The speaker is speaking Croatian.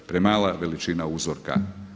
Premala veličina uzorka.